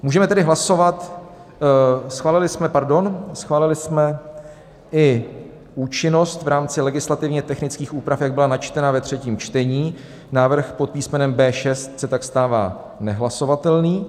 Můžeme tedy hlasovat... schválili jsme, pardon, schválili i účinnost v rámci legislativně technických úprav, jak byla načtena ve třetím čtení, návrh pod písmenem B6 se tak stává nehlasovatelný.